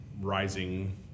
rising